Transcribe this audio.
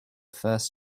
first